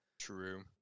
True